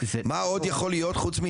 מה עוד יכול להיות חוץ,